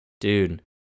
Dude